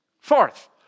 Fourth